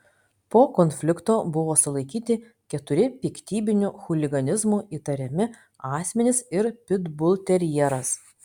po konflikto buvo sulaikyti keturi piktybiniu chuliganizmu įtariami asmenys ir pitbulterjeras